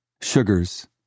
Sugars